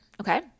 okay